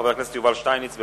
חבר הכנסת יובל שטייניץ.